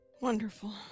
Wonderful